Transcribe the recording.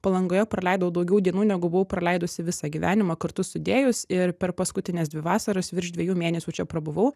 palangoje praleidau daugiau dienų negu buvau praleidusi visą gyvenimą kartu sudėjus ir per paskutines dvi vasaras virš dviejų mėnesių čia prabuvau